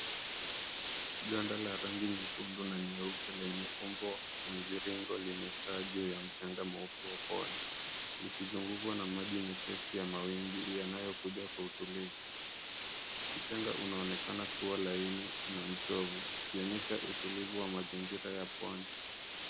Ganda la rangi nyekundu na nyeupe, lenye umbo la mviringo, limekaa juu ya mchanga mweupe wa pwani, likizungukwa na maji mepesi ya mawimbi yanayokuja kwa utulivu. Mchanga unaonekana kuwa laini na mchovu, ukionyesha utulivu wa mazingira ya pwani.